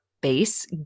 base